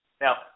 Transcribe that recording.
Now